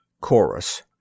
CHORUS